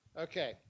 Okay